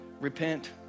repent